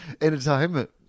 entertainment